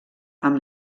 amb